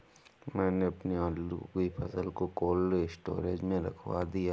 मैंने अपनी आलू की फसल को कोल्ड स्टोरेज में रखवा दिया